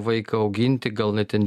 vaiką auginti gal jinai ten